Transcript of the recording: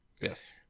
yes